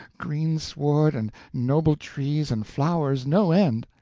greensward, and noble trees, and flowers, no end!